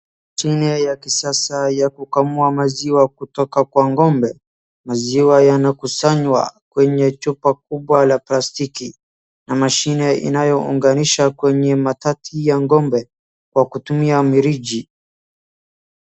Mashine ya kukamua maziwa kutoka kwa ng'ombe maziwa yanakusanywa kwenye chupa kubwa ya plastiki na mashini inayoonganishwa kwenye matiti ya ng'ombe kwa kutumia miriji.